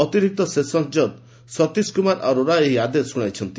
ଅତିରିକ୍ତ ସେସନ ଜଜ ସତିଶ କୁମାର ଆରୋରା ଏହି ଆଦେଶ ଶୁଣାଇଛନ୍ତି